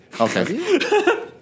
Okay